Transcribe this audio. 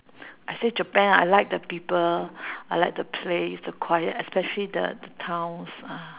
I say japan I like the people I like the place the quiet especially the the towns ah